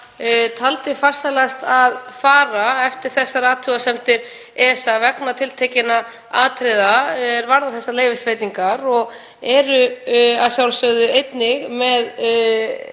taldi farsælast að fara eftir þessar athugasemdir ESA vegna tiltekinna atriða er varða þessar leyfisveitingar. Að sjálfsögðu er þar